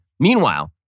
Meanwhile